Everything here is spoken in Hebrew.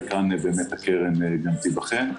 וכאן באמת הקרן תיבחן.